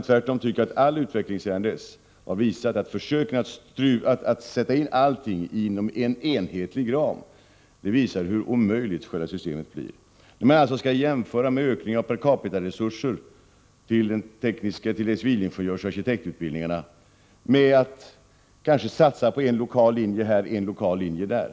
Tvärtom tycker jag att all utveckling sedan dess har visat att försöken att sätta in allt inom en enhetlig ram bekräftar hur omöjligt själva systemet blir. Man skall alltså jämföra med ökning av per capita-resurser till de tekniska utbildningarna, till civilingenjörsoch arkitektutbildningarna, med satsning på en lokal linje här och en lokal linje där.